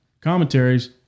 commentaries